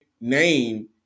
name